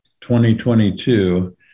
2022